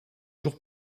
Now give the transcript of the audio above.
jours